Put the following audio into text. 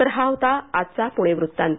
तर हा होता आजचा पुणेवृत्तांत